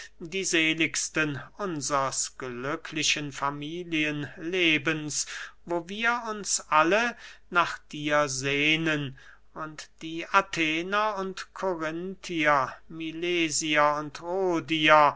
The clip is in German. die seligsten unsers glücklichen familienlebens wo wir uns alle nach dir sehnen und die athener und korinthier milesier und